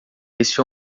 esse